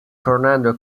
fernando